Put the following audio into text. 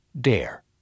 dare